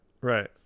right